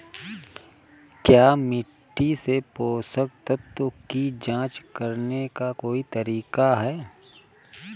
क्या मिट्टी से पोषक तत्व की जांच करने का कोई तरीका है?